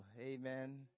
amen